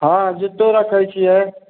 हँ जुत्तो रक्खै छियै